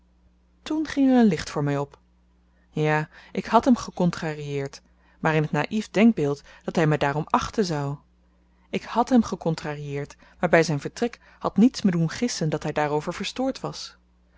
toen ging er een licht voor my op ja ik had hem gekontrarieerd maar in t naïf denkbeeld dat hy me daarom achten zou ik hàd hem gekontrarieerd maar by zyn vertrek had niets me doen gissen dat hy daarover verstoord was